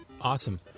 Awesome